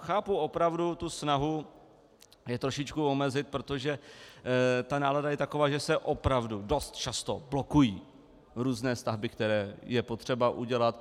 Chápu opravdu tu snahu je trošičku omezit, protože ta nálada je taková, že se opravdu dost často blokují různé stavby, které je potřeba udělat.